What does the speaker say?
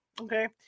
Okay